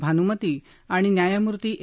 भानूमती आणि न्यायमूर्ती ए